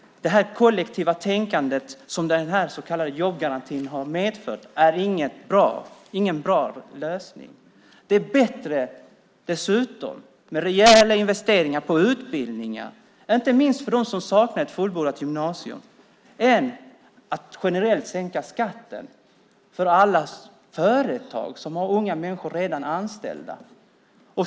Det kollektiva tänkande som den så kallade jobbgarantin har medfört är ingen bra lösning. Det är dessutom bättre med rejäla investeringar på utbildning, inte minst för dem som saknar en fullbordad gymnasieutbildning, än att generellt sänka skatten för alla företag som redan har unga människor anställda.